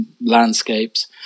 landscapes